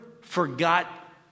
forgot